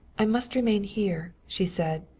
i must remain here, she said.